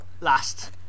last